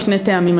משני טעמים.